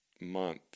month